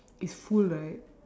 it's full right